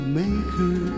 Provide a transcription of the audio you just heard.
maker